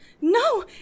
No